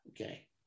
okay